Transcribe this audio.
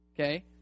okay